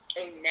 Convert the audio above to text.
Amen